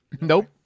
Nope